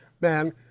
man